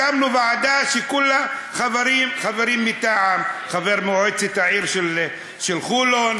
הקמנו ועדה שכולה חברים מטעם: חבר מועצת העיר של חולון,